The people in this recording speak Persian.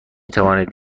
توانید